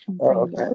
Okay